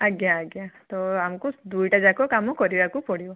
ଆଜ୍ଞା ଆଜ୍ଞା ତ ଆମକୁ ଦୁଇଟାଯାକ କାମ କରିବାକୁ ପଡ଼ିବ